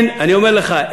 אני אומר לך,